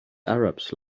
arabs